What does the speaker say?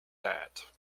that